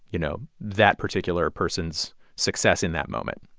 you know, that particular person's success in that moment.